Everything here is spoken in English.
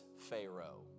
Pharaoh